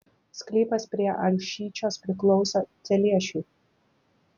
sklypas prie alšyčios priklauso celiešiui